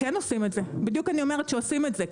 כן עושים את זה, בדיוק אני אומרת שעושים את זה.